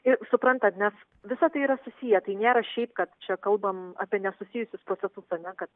ir suprantat nes visa tai yra susiję tai nėra šiaip kad čia kalbam apie nesusijusius procesus ar ne kad